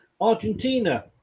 Argentina